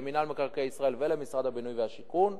למינהל מקרקעי ישראל ולמשרד הבינוי והשיכון,